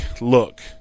look